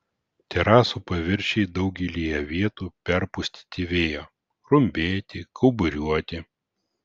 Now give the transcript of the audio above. terasų paviršiai daugelyje vietų perpustyti vėjo rumbėti kauburiuoti